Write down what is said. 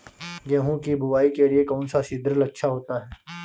गेहूँ की बुवाई के लिए कौन सा सीद्रिल अच्छा होता है?